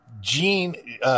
Gene